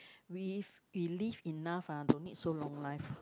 we we live enough ah don't need so long life